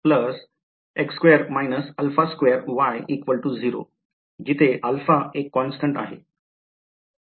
जिथे α एक कॉन्स्टन्ट आहे